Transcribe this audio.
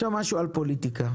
עכשיו משהו על פוליטיקה,